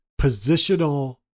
positional